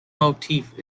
motif